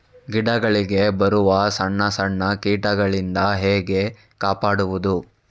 ಗಿಡಗಳಿಗೆ ಬರುವ ಸಣ್ಣ ಸಣ್ಣ ಕೀಟಗಳಿಂದ ಹೇಗೆ ಕಾಪಾಡುವುದು?